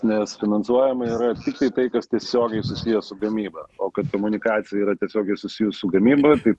nes finansuojama yra tiktai tai kas tiesiogiai susiję su gamyba o kad komunikacija yra tiesiogiai susijus su gamyba tai